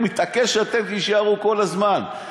הוא מתעקש שאתם תישארו כל הזמן.